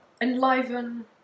enliven